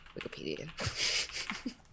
Wikipedia